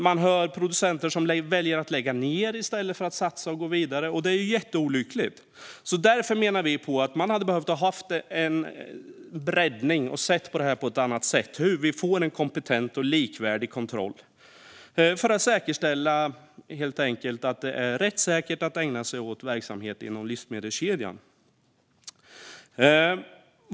Man hör producenter som väljer att lägga ned i stället för att satsa och gå vidare, och det är jätteolyckligt. Därför menar vi att man hade behövt bredda detta och se på ett annat sätt på hur vi får en kompetent och likvärdig kontroll, helt enkelt för att säkerställa att det är rättssäkert att ägna sig åt verksamhet inom livsmedelskedjan.